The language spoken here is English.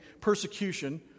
persecution